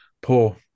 poor